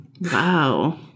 Wow